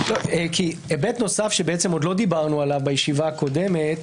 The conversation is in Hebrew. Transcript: היבט נוסף שעוד לא דיברנו עליו בישיבה הקודמת,